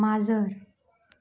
माजर